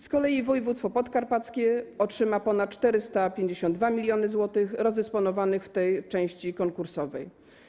Z kolei województwo podkarpackie otrzyma ponad 452 mln zł rozdysponowanych w tej części konkursowej.